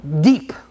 Deep